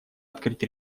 открыть